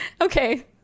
Okay